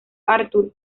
arthur